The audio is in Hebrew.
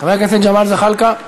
חבר הכנסת ג'מאל זחאלקה,